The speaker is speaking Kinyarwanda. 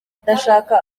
adashaka